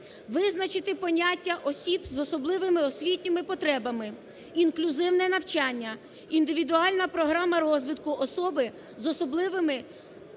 визначити поняття "осіб з особливими освітніми потребами", "інклюзивне навчання", "індивідуальна програма розвитку особи з особливими освітніми